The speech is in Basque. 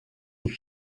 utz